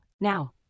Now